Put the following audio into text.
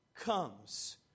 comes